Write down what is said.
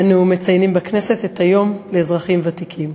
אנו מציינים בכנסת את היום לאזרחים ותיקים.